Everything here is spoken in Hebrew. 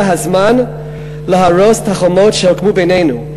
הזמן להרוס את החומות שהוקמו בינינו.